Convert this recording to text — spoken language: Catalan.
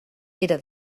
era